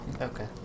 Okay